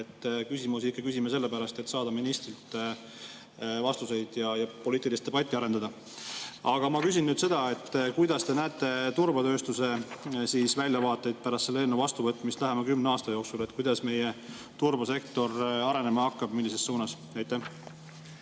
küsime ikka selle pärast, et saada ministrilt vastuseid ja poliitilist debatti arendada. Aga ma küsin seda, et kuidas te näete turbatööstuse väljavaateid pärast selle eelnõu vastuvõtmist lähema 10 aasta jooksul. Kuidas meie turbasektor arenema hakkab, millises suunas? Aitäh,